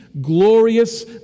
glorious